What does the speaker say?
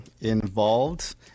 involved